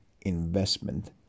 investment